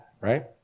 Right